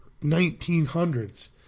1900s